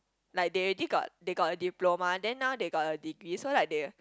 like they already got they got a diploma then now they got a degree so like they